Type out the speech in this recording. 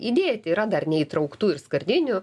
įdėti yra dar neįtrauktų ir skardinių